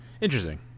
Interesting